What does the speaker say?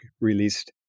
released